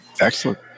Excellent